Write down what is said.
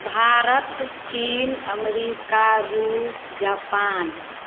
भारत चीन अमरिका रूस जापान